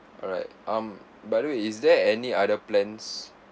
alright um by the way is there any other plans